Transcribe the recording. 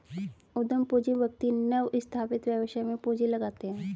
उद्यम पूंजी व्यक्ति नवस्थापित व्यवसाय में पूंजी लगाते हैं